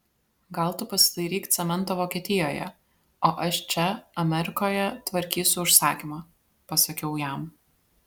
gal tu pasidairyk cemento vokietijoje o aš čia amerikoje tvarkysiu užsakymą pasakiau jam